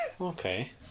Okay